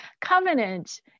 Covenant